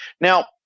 Now